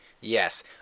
Yes